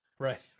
Right